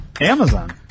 Amazon